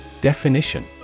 Definition